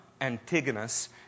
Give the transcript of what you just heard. Antigonus